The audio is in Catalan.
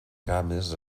cames